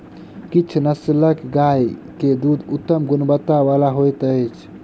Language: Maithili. किछ नस्लक गाय के दूध उत्तम गुणवत्ता बला होइत अछि